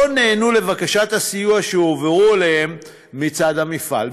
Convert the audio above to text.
נענו לבקשות הסיוע שהועברו אליהם מצד המפעל.